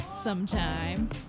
sometime